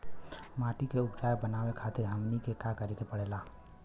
माटी के उपजाऊ बनावे खातिर हमनी के का करें के पढ़ेला?